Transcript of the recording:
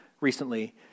recently